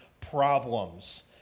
problems